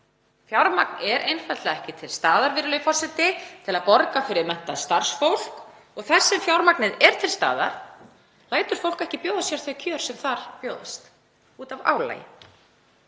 Fjármagn er einfaldlega ekki til staðar, virðulegi forseti, til að borga fyrir menntað starfsfólk og þar sem fjármagnið er til staðar lætur fólk ekki bjóða sér þau kjör sem þar bjóðast út af álagi.